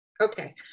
Okay